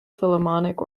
philharmonic